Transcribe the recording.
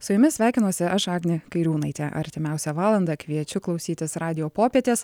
su jumis sveikinuosi aš agnė kairiūnaitė artimiausią valandą kviečiu klausytis radijo popietės